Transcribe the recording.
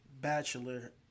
Bachelor